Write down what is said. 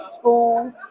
school